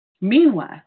Meanwhile